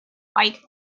quite